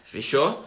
Fechou